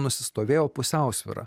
nusistovėjo pusiausvyra